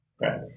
Right